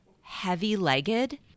heavy-legged